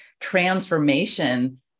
transformation